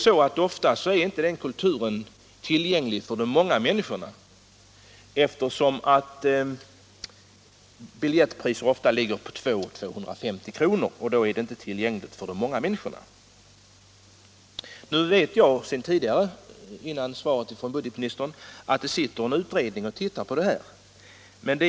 Men ofta är den kulturen inte tillgänglig för de många människorna, eftersom biljettpriserna kan ligga på 200-250 kr. Nu visste jag, innan jag fick svaret från budgetministern, att det sitter en utredning som behandlar denna fråga.